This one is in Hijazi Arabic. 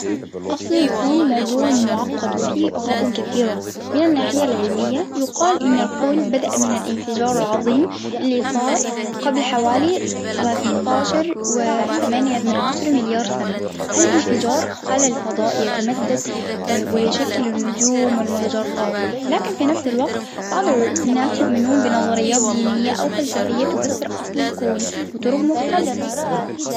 أصله يكون موضوع معقد وفيه آراء كثيرة من الناحية العلمية يقال أن الكون بدأ من الإنفجار العظيم اللي صار قبل حوالي ثلاثة عشر وتمانية من عشرة مليار سنة، هلإفجار على الفضاء يتمدد ويشكل النجوم والمجرات، لكن في نفس الوقت بعض الناس يؤمنون بنظريات دينية أو فلسفية تفسر أصل الكون بطرق مختلفة.